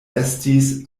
estis